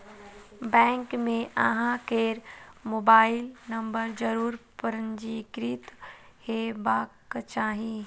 bank मे अहां केर मोबाइल नंबर जरूर पंजीकृत हेबाक चाही